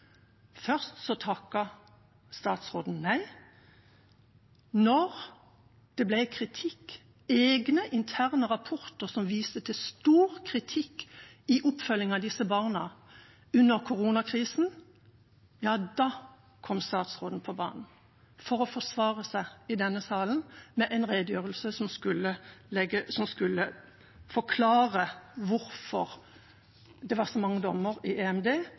Først takket statsråden nei, men da det kom kritikk i egne interne rapporter som viste til stor kritikk av oppfølgingen av disse barna under koronakrisen, kom statsråden på banen – for å forsvare seg i denne salen med en redegjørelse som skulle forklare hvorfor det var så mange dommer i EMD,